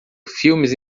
filmes